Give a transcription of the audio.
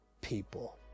people